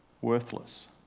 worthless